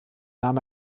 nahm